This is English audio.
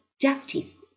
justice